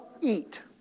eat